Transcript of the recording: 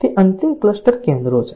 તે અંતિમ ક્લસ્ટર કેન્દ્રો છે